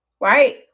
right